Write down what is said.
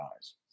eyes